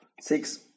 Six